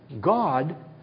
God